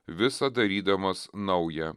visa darydamas nauja